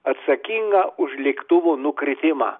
atsakingą už lėktuvo nukritimą